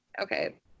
okay